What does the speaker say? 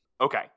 Okay